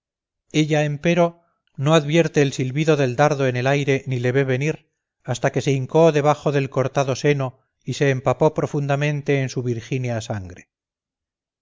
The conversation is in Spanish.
ella empero no advierte el silbido del dardo en el aire ni le ve venir hasta que se hincó debajo del cortado seno y se empapó profundamente en su virgínea sangre